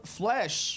flesh